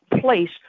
place